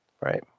Right